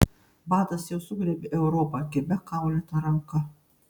badas jau sugriebė europą kibia kaulėta ranka